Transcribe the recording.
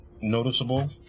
noticeable